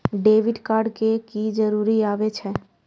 Debit card के की जरूर आवे छै?